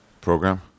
program